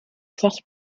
cross